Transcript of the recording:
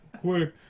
quick